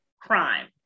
crime